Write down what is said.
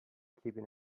keeping